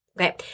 Okay